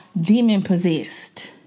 demon-possessed